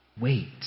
wait